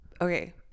Okay